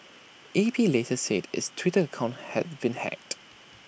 A P later said its Twitter account had been hacked